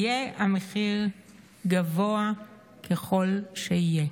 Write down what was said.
יהיה המחיר גבוה ככל שיהיה.